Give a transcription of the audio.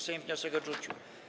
Sejm wniosek odrzucił.